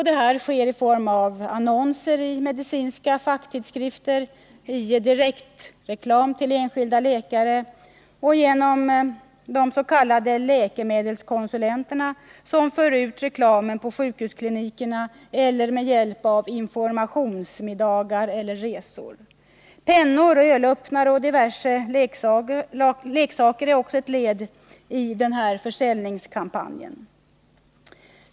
Den sker i form av annonser i medicinska facktidskrifter och direktreklam till de enskilda läkarna samt genom de s.k. läkemedelskonsulenterna, som för ut reklamen på sjukhusklinikerna, eller med hjälp av ”informationsmiddagar” eller resor. Pennor, ölöppnare och diverse leksaker är också ett led i försäljningskampanjen.